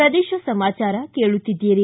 ಪ್ರದೇಶ ಸಮಾಚಾರ ಕೇಳುತ್ತೀದ್ದಿರಿ